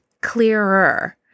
clearer